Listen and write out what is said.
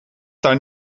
daar